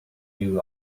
knew